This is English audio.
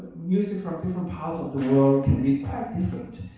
music from different parts of the world can be quite different.